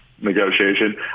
negotiation